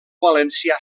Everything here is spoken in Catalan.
valencià